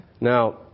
Now